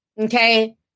Okay